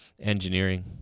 engineering